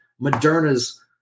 Moderna's